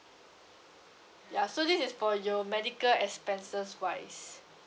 ya so this is for your medical expenses wise